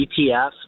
ETF